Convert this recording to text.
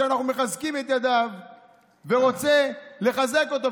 שאנחנו מחזקים את ידיו ורוצה לחזק אותו,